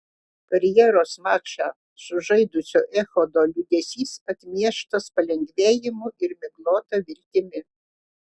karjeros mačą sužaidusio echodo liūdesys atmieštas palengvėjimu ir miglota viltimi